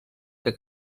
que